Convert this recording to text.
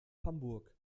hamburg